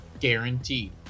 guaranteed